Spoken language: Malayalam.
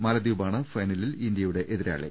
മാലദ്വീപാണ് ഫൈന്ലിൽ ഇന്ത്യയുടെ എതിരാളി